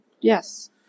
Yes